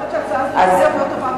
אני חושבת שההצעה הזאת היא מאוד טובה,